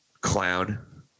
clown